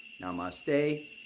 Namaste